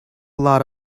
lot